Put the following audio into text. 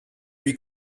lui